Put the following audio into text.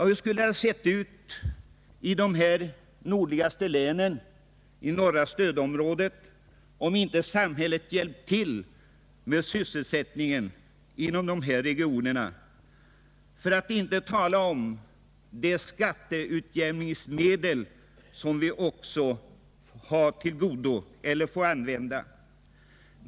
Hur skulle det ha sett ut i de nordligaste länen inom norra stödområdet, om inte samhället hade bidragit till att upprätthålla sysselsättningen inom dessa regioner? Jag vill också peka på de skatteutjämningsmedel som ställs till vårt förfogande.